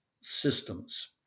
systems